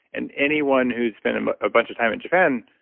and anyone who's spent um ah a bunch of time in japan,